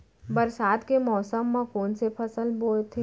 बरसात के मौसम मा कोन से फसल बोथे?